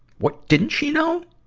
what didn't she know?